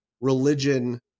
religion